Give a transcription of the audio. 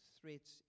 threats